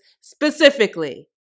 specifically